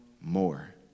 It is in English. more